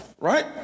Right